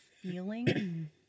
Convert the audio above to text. feeling